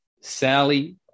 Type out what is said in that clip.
Sally